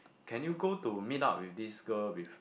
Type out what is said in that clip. can you go to meet up with this girl with